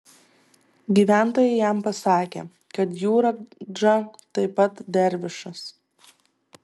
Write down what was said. gyventojai jam pasakė kad jų radža taip pat dervišas